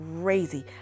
Crazy